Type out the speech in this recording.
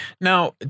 Now